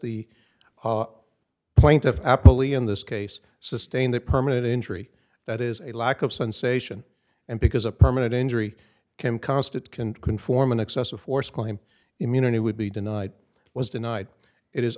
the plaintiffs happily in this case sustain that permanent injury that is a lack of sensation and because a permanent injury can constitute can conform an excessive force claim immunity would be denied was denied it is